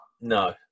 No